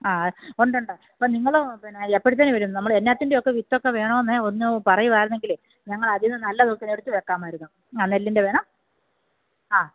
ആ ആ ഉണ്ടുണ്ട് അപ്പോൾ നിങ്ങൾ പിന്നെ എപ്പോഴത്തേന് വരും നമ്മൾ എന്നാത്തിൻ്റെയൊക്കെ വിത്തൊക്കെ വേണമെന്ന് ഒന്ന് പറയുവായിരുന്നെങ്കിലെ ഞങ്ങളതീന്ന് നല്ലത് നോക്കി എടുത്ത് വെക്കാമായിന്നു ആ നെല്ലിൻ്റെ വേണം ആ